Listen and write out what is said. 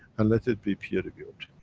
and let it be peer reviewed.